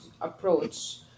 approach